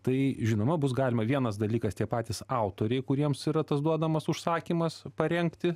tai žinoma bus galima vienas dalykas tie patys autoriai kuriems yra tas duodamas užsakymas parengti